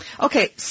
Okay